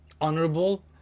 honorable